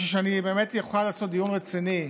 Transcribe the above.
בשביל שאני באמת אוכל לעשות דיון רציני,